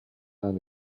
aan